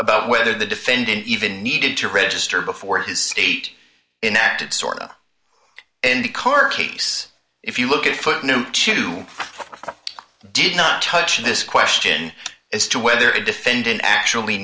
about whether the defendant even needed to register before his state in acted sort of in the carcase if you look at footnote two did not touch on this question as to whether a defendant actually